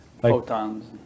photons